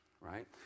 Right